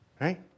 Right